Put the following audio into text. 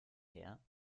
her